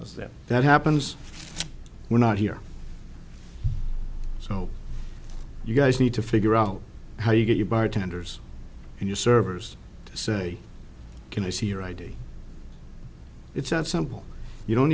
id as that that happens we're not here so you guys need to figure out how you get your bartenders and your servers to say can i see your id it's that simple you don't